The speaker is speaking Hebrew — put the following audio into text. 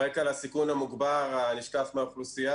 הרקע לסיכון המוגבר הנשקף מהאוכלוסייה